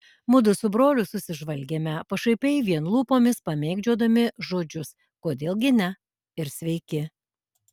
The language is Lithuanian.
mudu su broliu susižvalgėme pašaipiai vien lūpomis pamėgdžiodami žodžius kodėl gi ne ir sveiki